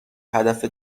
هدف